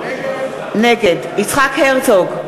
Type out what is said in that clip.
נגד יצחק הרצוג,